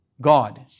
God